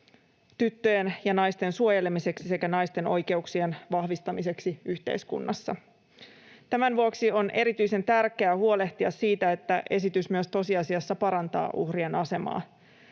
tyttöjen ja naisten suojelemiseksi sekä naisten oikeuksien vahvistamiseksi yhteiskunnassa. Tämän vuoksi on erityisen tärkeää huolehtia siitä, että esitys myös tosiasiassa parantaa uhrien asemaa.